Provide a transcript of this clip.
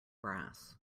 brass